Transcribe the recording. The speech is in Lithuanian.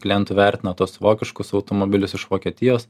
klientų vertina tuos vokiškus automobilius iš vokietijos